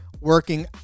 working